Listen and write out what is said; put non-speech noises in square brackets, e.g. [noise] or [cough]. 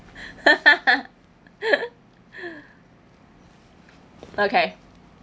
[laughs] okay